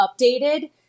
updated